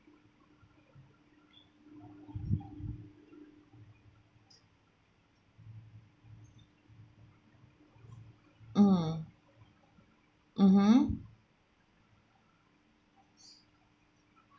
mm mmhmm